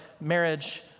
marriage